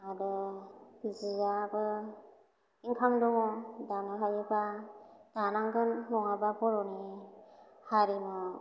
आरो जियाबो इनकाम दङ दानो हायोबा दानांगोन नङाबा बर'नि हारिमु